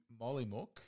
Mollymook